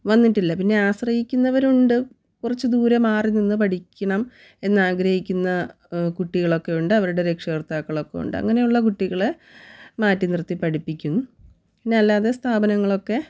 വന്നിട്ടില്ല പിന്നെ ആശ്രയിക്കുന്നവരുണ്ട്റ കുറച്ച് ദൂരം മാറി നിന്ന് പഠിക്കണം എന്നാഗ്രഹിക്കുന്ന കുട്ടികളൊക്കെ ഉണ്ട് അവരുടെ രക്ഷകർത്താക്കളൊക്കെ ഉണ്ട് അങ്ങനെ ഉള്ളവരുടെ കുട്ടികളെ മാറ്റി നിർത്തി പഠിപ്പിക്കും പിന്നെ അല്ലാതെ സ്ഥാപനങ്ങളൊക്കെ